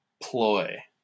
ploy